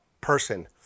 person